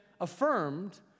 affirmed